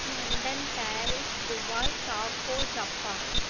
London Paris Dubai Tokyo Japan